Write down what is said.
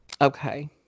okay